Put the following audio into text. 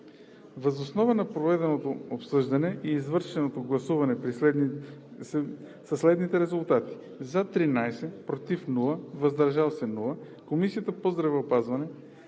Въз основа на проведеното обсъждане и извършеното гласуване при следните резултати: „за“ 13, без „против“ и „въздържал се“, Комисия по здравеопазването